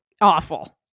awful